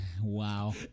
Wow